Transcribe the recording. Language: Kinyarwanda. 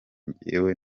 njyewe